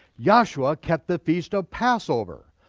yahshua kept the feast of passover.